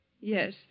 Yes